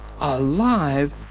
Alive